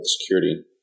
security